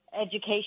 education